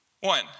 One